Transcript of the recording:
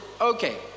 okay